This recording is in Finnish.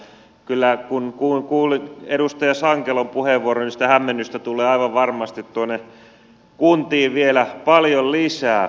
kyllä kun kuuli edustaja sankelon puheenvuoron niin sitä hämmennystä tulee aivan varmasti tuonne kuntiin vielä paljon lisää